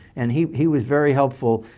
and he he was very helpful.